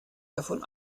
davon